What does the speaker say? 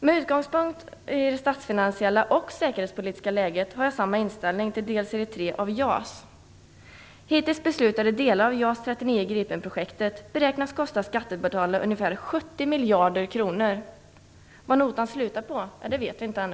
Med utgångspunkt i det statsfinansiella och säkerhetspolitiska läget har jag samma inställning till delserie tre av JAS. Hittills beslutade delar av JAS 39 Gripen-projektet beräknas kosta skattebetalarna ungefär 70 miljarder kronor. Vad notan kommer att sluta på vet vi ännu inte.